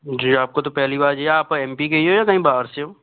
जी आपको तो पहली बार ही आप एम पी के ही हैं या कहीं बाहर से हो